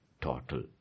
total